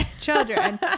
children